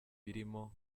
birimo